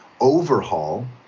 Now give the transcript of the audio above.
overhaul